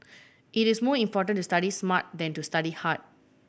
it is more important to study smart than to study hard